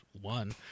one